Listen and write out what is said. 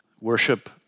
worship